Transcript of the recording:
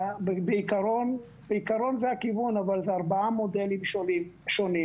בעיקרון זה הכיוון, אבל זה ארבעה מודלים שונים.